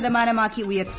ശതമാനമാക്കി ഉയർത്തി